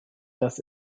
das